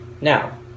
Now